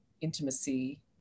intimacy